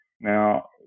Now